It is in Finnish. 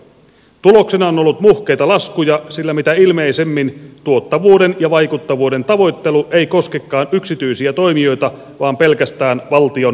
tuloksena on ollut muhkeita laskuja sillä mitä ilmeisimmin tuottavuuden ja vaikuttavuuden tavoittelu ei koskekaan yksityisiä toimijoita vaan pelkästään valtion viranhaltijoita